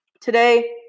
Today